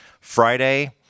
Friday